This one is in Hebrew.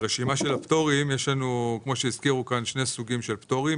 יש לנו שני סוגים של פטורים.